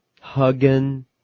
hugging